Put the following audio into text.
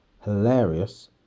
hilarious